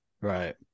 Right